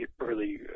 early